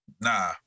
Nah